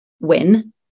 win